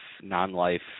non-life